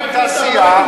צמיחה ותעשייה,